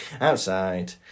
Outside